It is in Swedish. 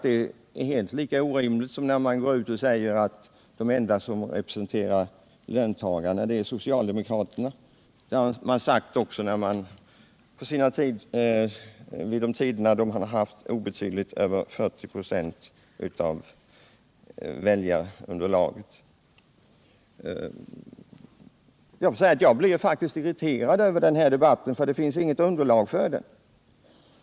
Det är lika orimligt som när de säger att de är de enda som representerar löntagarna — vilket de påstår också när de har obetydligt över 40 26 av väljarunderlaget. Jag blir faktiskt irriterad över den debatten, för det finns inget underlag för den.